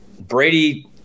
Brady